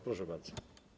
Proszę bardzo.